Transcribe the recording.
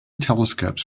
telescopes